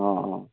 অঁ অঁ